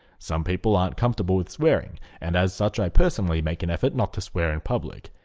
some people aren't comfortable with swearing and as such i personally make an effort not to swear in public.